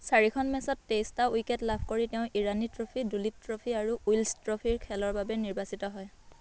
চাৰি খন মেচত তেইছটা উইকেট লাভ কৰি তেওঁ ইৰাণী ট্ৰফী দিলীপ ট্ৰফী আৰু উইলছ ট্ৰফীৰ খেলৰ বাবে নিৰ্বাচিত হয়